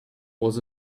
was